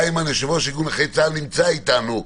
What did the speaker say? יושב-ראש ארגון נכי צה"ל עידן קלימן נמצא איתנו,